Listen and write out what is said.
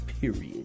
period